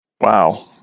Wow